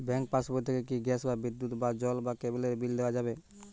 Bank পাশবই থেকে কি গ্যাস বা বিদ্যুৎ বা জল বা কেবেলর বিল দেওয়া যাবে?